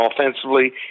offensively